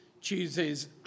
chooses